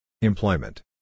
Employment